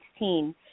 2016